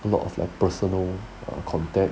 a lot of like personal contact